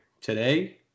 today